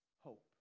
hope